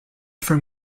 from